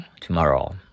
tomorrow